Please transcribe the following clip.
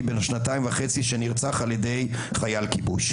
בן השנתיים וחצי שנרצח על ידי חייל כיבוש,